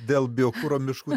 dėl biokuro miškų